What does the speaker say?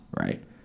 right